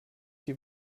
die